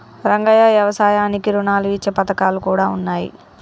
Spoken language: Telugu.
రంగయ్య యవసాయానికి రుణాలు ఇచ్చే పథకాలు కూడా ఉన్నాయి